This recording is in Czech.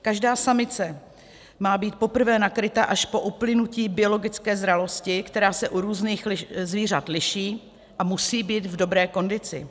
Každá samice má být poprvé nakryta až po uplynutí biologické zralosti, která se u různých zvířat liší, a musí být v dobré kondici.